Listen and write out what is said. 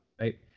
right